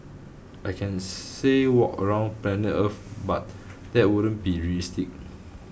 I can say walk around planet earth but that wouldn't be realistic